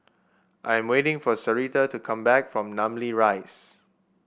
I'm waiting for Sarita to come back from Namly Rise